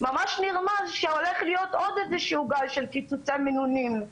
שהולך להיות עוד גל של קיצוצי מינונים.